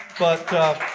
but